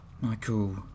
Michael